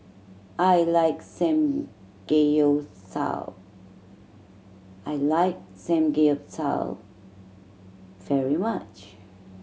I like Samgeyopsal I like Samgeyopsal very much